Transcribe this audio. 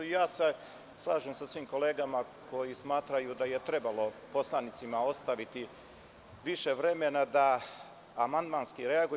Slažem se sa svim kolegama koji smatraju da je trebalo poslanicima ostaviti više vremena da amandmanski reaguju.